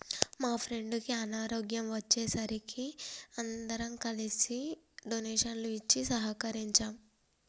మా ఫ్రెండుకి అనారోగ్యం వచ్చే సరికి అందరం కలిసి డొనేషన్లు ఇచ్చి సహకరించాం